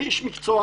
אני איש מקצוע,